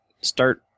start